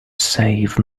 save